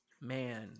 Man